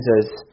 Jesus